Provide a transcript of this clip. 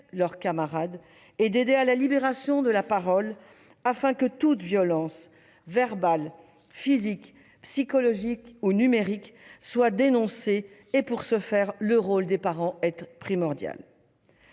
leurs camarades, et d'aider à la libération de la parole afin que toute violence verbale, physique, psychologique ou numérique soit dénoncée. Pour ce faire, le rôle des parents est primordial.